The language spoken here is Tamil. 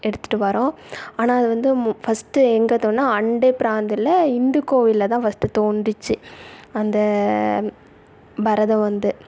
எடுத்துட்டு வரோம் ஆனால் அது வந்து மு ஃபஸ்ட்டு எங்கே தோன்னா அண்டை பிராந்தியல இந்து கோவில்லதான் ஃபஸ்ட்டு தோன்றுச்சு அந்த பரதம் வந்து